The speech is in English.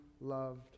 loved